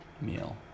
meal